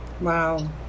Wow